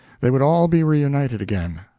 they would all be reunited again.